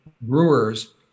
brewers